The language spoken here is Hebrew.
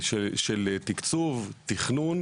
התקצוב והתכנון,